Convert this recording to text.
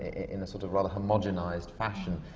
in a sort of rather homogenized fashion.